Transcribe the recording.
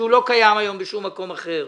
שלא קיים היום בשום מקום אחר.